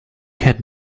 had